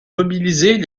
mobiliser